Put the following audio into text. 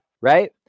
Right